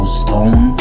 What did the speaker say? stone